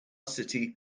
city